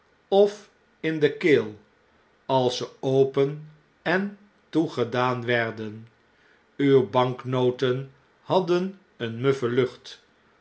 of in de keel als ze open en toegedaan werden uwe banknoten hadden eene muffe lucht